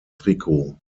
trikot